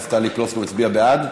טלי פלוסקוב הצביעה בעד.